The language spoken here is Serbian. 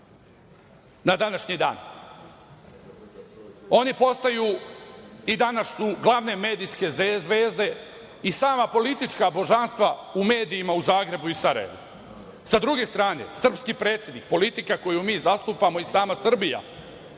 na današnji dan. Oni postaju i danas su glavne medijske zvezde i sama politička božanstva u medijima u Zagrebu i Sarajevu. Sa druge strane, srpski predsednik, politika koju mi zastupamo i sama Srbija